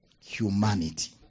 Humanity